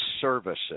services